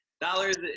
dollars